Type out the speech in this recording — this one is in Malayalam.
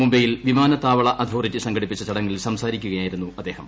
മുംബൈയിൽ വിമാനത്താവള അതോറിറ്റി സംഘടിപ്പിച്ച ചടങ്ങിൽ സംസാരിക്കുകയായിരുന്നു അദ്ദേഹം